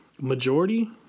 Majority